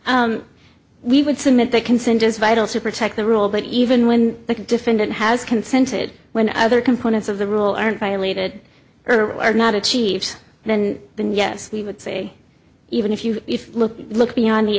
yeah we would submit a consent is vital to protect the rule but even when the defendant has consented when other components of the rule aren't violated or are not achieved then then yes we would say even if you if look look beyond the